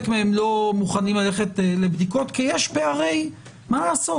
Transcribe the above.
מהם לא מוכנים ללכת לבדיקות כי יש פערי הסברה.